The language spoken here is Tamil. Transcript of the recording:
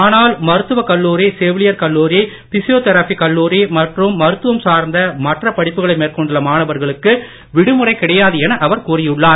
ஆனால் மருத்துவக் கல்லூரி செவிலியர் கல்லூரி பிசியோதெரபி கல்லூரி மற்றும் மருத்துவம் சார்ந்த மற்ற படிப்புகளை மேற்கொண்டுள்ள மாணவர்களுக்கு விடுமுறை கிடையாது என அவர் கூறியுள்ளார்